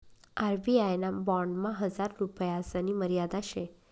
RBI ना बॉन्डमा हजार रुपयासनी मर्यादा शे